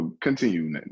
continue